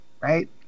right